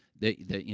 the the you